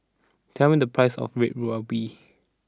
tell me the price of Red Ruby